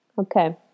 okay